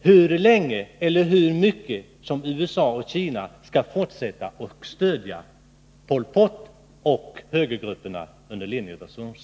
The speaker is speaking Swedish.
hur länge eller i vilken utsträckning USA och Kina skall fortsätta att stödja Pol Pot och högergrupperna under ledning av Son Sann.